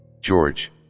George